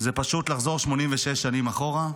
זה פשוט לחזור 86 שנים אחורה,